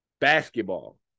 basketball